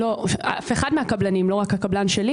אף אחד מהקבלנים לא רק הקבלן שלי